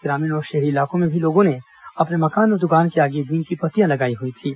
ग्रामीण और शहरी इलाकों में भी लोगों ने अपने मकान और दुकान के आगे नीम की पत्तियां लगाई हुई थीं